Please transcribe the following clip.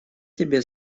тебе